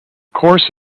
course